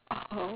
oh